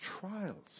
trials